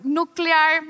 nuclear